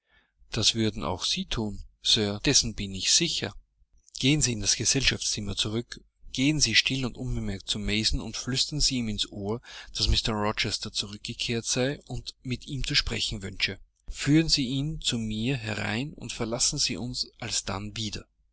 das würden auch sie thun sir dessen bin ich sicher gehen sie in das gesellschaftszimmer zurück gehen sie still und unbemerkt zu mason und flüstern sie ihm ins ohr daß mr rochester zurückgekehrt sei und mit ihm zu sprechen wünsche führen sie ihn zu mir herein und verlassen sie uns alsdann wieder